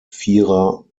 vierer